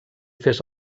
fes